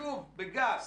שוב, בגס